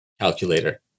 calculator